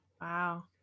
wow